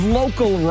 local